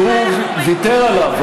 כן, המינוי בוטל כי הוא ויתר עליו.